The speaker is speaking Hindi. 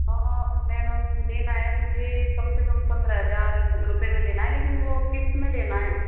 हाँ मेडम लेना है मुझे कम से कम पंद्रह हजार रूपए में लेना है यही लेकिन वो क़िस्त में लेना है